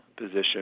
position